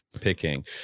picking